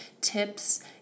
tips